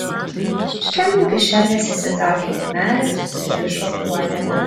iš kelnių kišenės išsitraukė gumelę ir susirišo uodegą